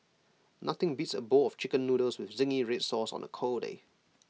nothing beats A bowl of Chicken Noodles with Zingy Red Sauce on A cold day